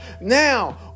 now